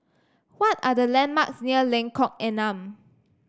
what are the landmarks near Lengkok Enam